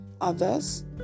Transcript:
Others